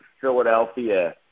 Philadelphia